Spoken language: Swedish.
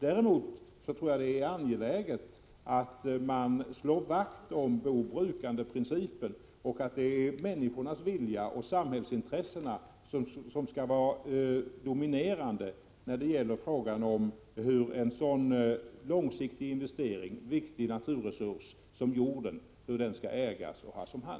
Däremot tror jag det är angeläget att slå vakt om bo-brukar-principen. Det är människornas vilja och samhällsintressena som skall dominera i frågan om hur en så viktig naturresurs som jorden skall ägas och handhas.